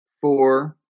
four